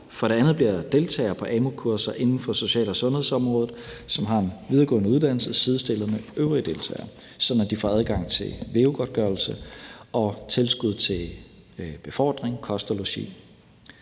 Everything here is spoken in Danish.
For det andet bliver deltagere på amu-kurser inden for social- og sundhedsområdet, som har en videregående uddannelse, sidestillet med øvrige deltagere, sådan at de får adgang til VEU-godtgørelse og tilskud til befordring, kost og logi.